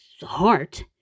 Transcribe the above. heart